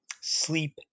sleep